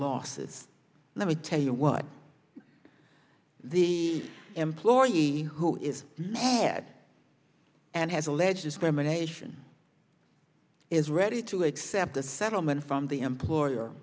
losses let me tell you what the employee who is had and has alleged discrimination is ready to accept a settlement from the employer